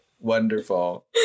Wonderful